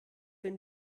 denn